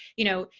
you know,